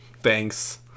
thanks